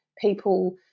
people